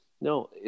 No